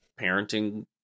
parenting